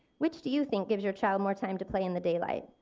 which do you think gives your child more time to play in the daylight,